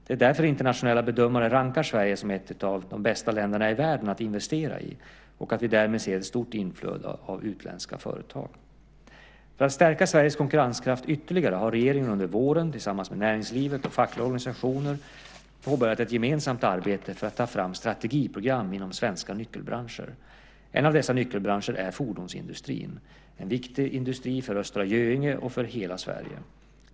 Det är därför internationella bedömare rankar Sverige som ett av de bästa länderna i världen att investera i och att vi därmed ser ett stort inflöde av utländska företag. För att stärka Sveriges konkurrenskraft ytterligare har regeringen under våren - tillsammans med näringslivet och fackliga organisationer - påbörjat ett gemensamt arbete för att ta fram strategiprogram inom svenska nyckelbranscher. En av dessa nyckelbranscher är fordonsindustrin. Det är en viktig industri för Östra Göinge och för hela Sverige.